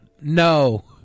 No